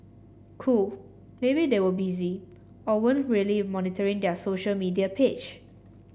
cool maybe they were busy or weren't really monitoring their social media page